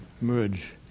merge